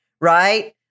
right